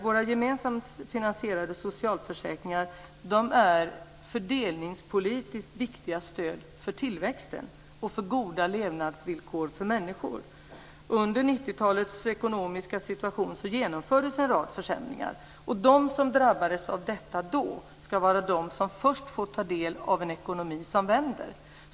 Våra gemensamt finansierade socialförsäkringar är fördelningspolitiskt viktiga stöd för tillväxten och för goda levnadsvillkor för människor. Under 90-talets ekonomiska situation genomfördes en rad försämringar. De som drabbades av detta då, ska vara de som först får ta del av en ekonomi som vänder.